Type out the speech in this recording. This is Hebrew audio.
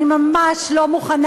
אני לא זוכר,